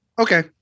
Okay